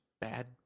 bad